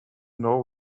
know